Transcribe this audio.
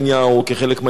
כדי לבוא לשם לביקור,